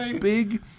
big